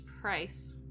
Price